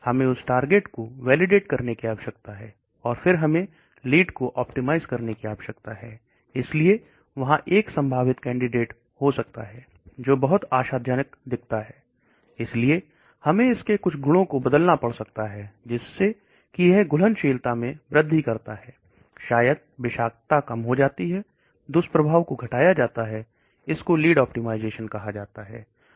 हम उस टारगेट को वैलीडेट करने की आवश्यकता है और फिर हमें लीडको ऑप्टिमाइज करने की आवश्यकता है इसलिए वहां एक संभावित कैंडिडेट हो सकता है जो बहुत आशा जनक दिखता है इसलिए हमें इसके कुछ गुणों को बदलना पड़ सकता है जिससे कि यह घुलनशील ता में बधाई करता है शायद विषाक्तता कम हो जाती है दुष्प्रभाव को घटाया जाता है इसको लीड ऑप्टिमाइजेशन कहा जाता है